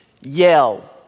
yell